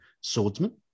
swordsman